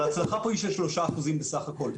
ההצלחה פה היא של 3% בסך הכול.